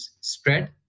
spread